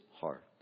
heart